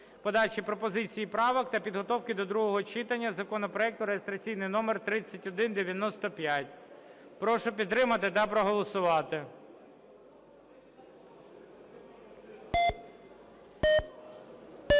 подачі пропозицій і правок та підготовки до другого читання законопроекту (реєстраційний номер 3195). Прошу підтримати та проголосувати.